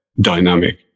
dynamic